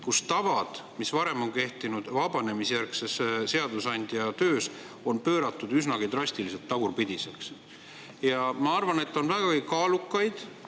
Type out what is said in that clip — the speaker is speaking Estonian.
on tavasid, mis varem on [Eesti] vabanemise järgses seadusandja töös kehtinud, pööratud üsnagi drastiliselt tagurpidiseks. Ma arvan, et on väga kaalukaid